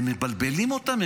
הם מבלבלים אותם,